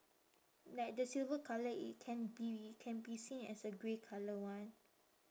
like the silver colour it can be it can be seen as a grey colour [one]